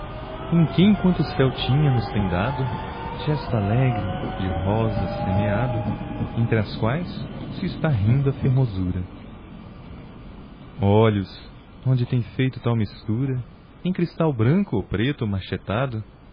em quem quanto o céu tinha nos tem dado gesto alegre de rosas semeado entre as quais se está rindo